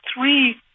three